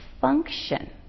function